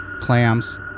clams